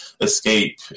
escape